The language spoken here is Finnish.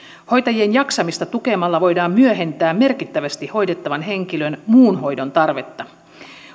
hoitajien jaksamista tukemalla voidaan myöhentää merkittävästi hoidettavan henkilön muun hoidon tarvetta